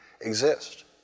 exist